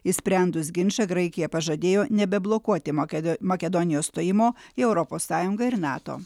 išsprendus ginčą graikija pažadėjo nebeblokuoti makedo makedonijos stojimo į europos sąjungą ir nato